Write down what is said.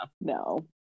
No